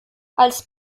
als